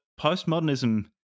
postmodernism